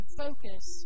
focus